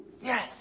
yes